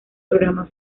programa